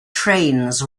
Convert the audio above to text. trains